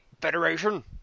federation